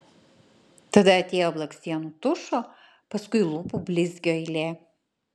tada atėjo blakstienų tušo paskui lūpų blizgio eilė